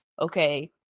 Okay